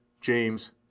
james